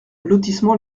lotissement